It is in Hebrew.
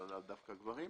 לאו דווקא גברים,